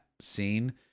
scene